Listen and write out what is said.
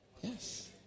Yes